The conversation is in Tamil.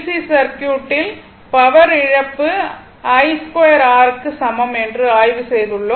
சி சர்க்யூட் ல் பவர் இழப்பு i2r க்கு சமம் என்று ஆய்வு செய்துள்ளோம்